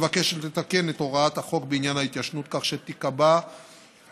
מבקשת לתקן את הוראת החוק בעניין ההתיישנות כך שתיקבע הגבלה